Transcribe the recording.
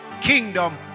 kingdom